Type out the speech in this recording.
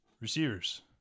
Receivers